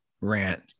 rant